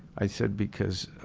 i said because